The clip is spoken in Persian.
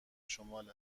شمال